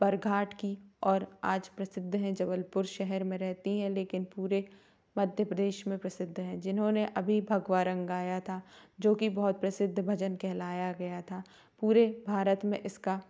बरघाट की और आज प्रसिद्ध हैं जबलपुर शहर में रहती हैं लेकिन पूरे मध्य प्रदेश में प्रसिद्ध हैं जिन्होंने अभी भगवा रंग गाया था जो कि बहुत प्रसिद्ध भजन कहलाया गया था पूरे भारत में इसका